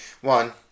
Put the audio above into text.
One